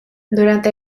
durante